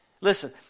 Listen